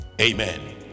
Amen